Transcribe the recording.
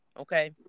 okay